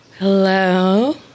Hello